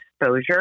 exposure